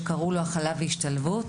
שקראו לו הכלה והשתלבות,